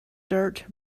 dirt